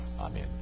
Amen